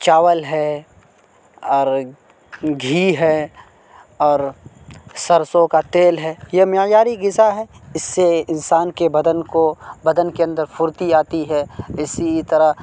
چاول ہے اور گھی ہے اور سرسوں کا تیل ہے یہ معیاری غذا ہے اس سے انسان کے بدن کو بدن کے اندر پھرتی آتی ہے اسی طرح